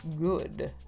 good